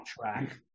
track